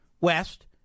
West